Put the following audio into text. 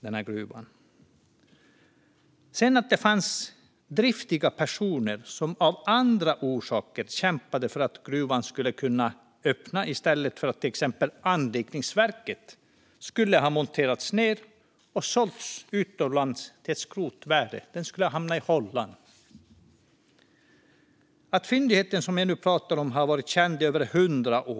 Sedan fanns det såklart driftiga personer som av andra orsaker kämpade för att gruvan skulle kunna öppna i stället för att till exempel anrikningsverket skulle monteras ned och säljas utomlands till skrotvärdet. Det skulle ha hamnat i Holland. Fyndigheterna jag nu pratar om har varit kända i över hundra år.